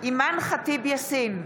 אימאן ח'טיב יאסין,